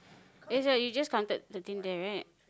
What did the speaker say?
that's right you just counted thirteen there right